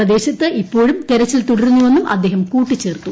പ്രദേശത്ത് ഇപ്പോഴും തെരച്ചിൽ തുടരുന്നുവെന്നും അദ്ദേഹം കൂട്ടിച്ചേർത്തു